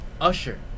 Usher